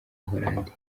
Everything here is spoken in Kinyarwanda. buholandi